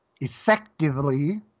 effectively